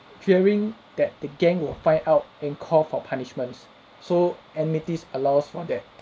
fearing that the gang will find out and call for punishments so anonymity is allow us for that